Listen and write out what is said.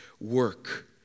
work